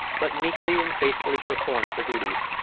but meekly and faithfully performed her duties,